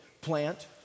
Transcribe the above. plant